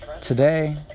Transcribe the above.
Today